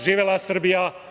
Živela Srbija!